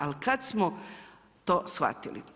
Ali kad smo to shvatili?